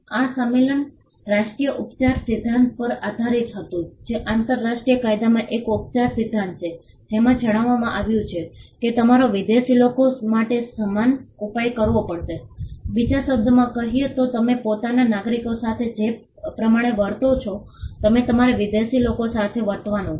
આ સંમેલન રાષ્ટ્રીય ઉપચાર સિદ્ધાંત પર આધારીત હતું જે આંતરરાષ્ટ્રીય કાયદામાં એક ઉપચાર સિદ્ધાંત છે જેમાં જણાવવામાં આવ્યું છે કે તમારે વિદેશી લોકો માટે સમાન ઉપાય કરવો પડશે બીજા શબ્દોમાં કહીએ તો તમે પોતાના નાગરિકો સાથે જે પ્રમાણે વર્તો છો તેમ તમારે વિદેશી લોકો સાથે વર્તવાનું છે